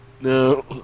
No